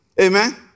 Amen